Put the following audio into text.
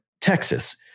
Texas